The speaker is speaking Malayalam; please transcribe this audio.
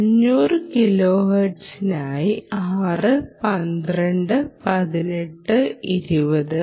500 കിലോഹെർട്സിനായി 6 12 18 20